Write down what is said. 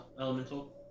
elemental